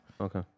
Okay